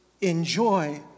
enjoy